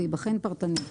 וזה ייבחן פרטנית.